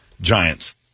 giants